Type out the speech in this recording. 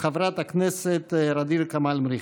חברת הכנסת ע'דיר כמאל מריח.